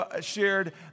shared